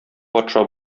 патша